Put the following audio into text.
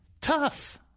Tough